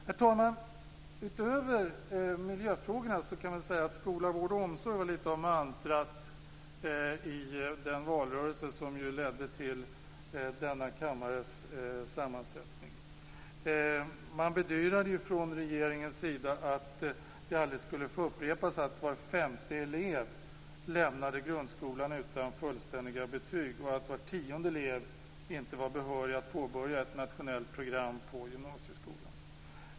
Herr talman! Utöver miljöfrågorna kan jag säga att skola, vård och omsorg var lite av mantrat i den valrörelse som ju ledde till denna kammares sammansättning. Regeringen bedyrade att det aldrig skulle få upprepas att var femte elev lämnade grundskolan utan fullständiga betyg och att var tionde elev inte var behörig att påbörja ett nationellt program på gymnasieskolan.